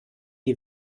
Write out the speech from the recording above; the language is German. die